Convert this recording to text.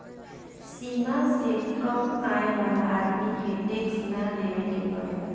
सीमा से कम आय वाला आदमी के टैक्स ना देवेके पड़ेला